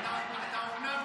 כשאתה אומר,